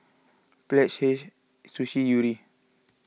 Pledge Hei Sushi Yuri